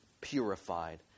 purified